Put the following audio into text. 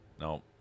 No